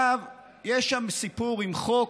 יש שם סיפור עם חוק.